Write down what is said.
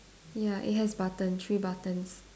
ya it has button three buttons